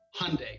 Hyundai